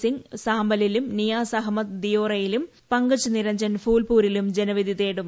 സിംഗ് സാമ്പലിലും നിയാസ് അഹമ്മദ് ദിയോറിയലും പങ്കജ് നിരഞ്ജൻ ഫുൽപൂരിലും ജനവിധി തേടും